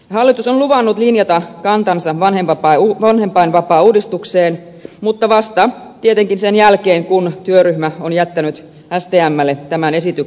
hallitus on luvannut linjata kantansa vanhempainvapaauudistukseen mutta vasta tietenkin sen jälkeen kun työryhmä on jättänyt stmlle tämän esityksensä